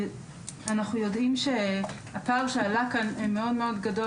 אנחנו יודעים שהפער שעלה כאן הוא מאוד גדול